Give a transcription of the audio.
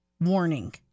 Warning